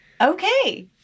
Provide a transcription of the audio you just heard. Okay